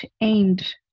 aimed